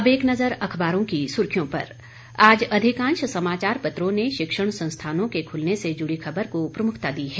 अब एक नजर अखबारों की सुर्खियों पर आज अधिकांश समाचार पत्रों ने शिक्षण संस्थानों के खुलने से जुड़ी खबर को प्रमुखता दी है